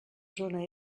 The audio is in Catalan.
zona